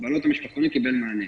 בעלות המשפחתונים קיבלו מענה.